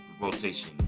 rotation